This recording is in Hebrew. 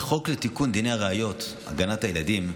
חוק לתיקון דיני הראיות (הגנת ילדים)